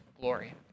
glory